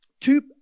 two